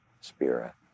spirit